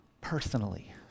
personally